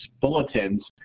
bulletins